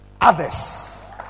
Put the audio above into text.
others